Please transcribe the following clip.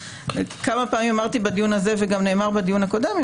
כמה פעמים אמרתי בדיון הזה וגם נאמר בדיון הקודם,